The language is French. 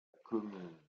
commune